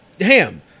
ham